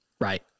Right